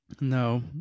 no